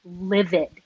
livid